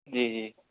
جی جی